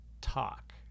talk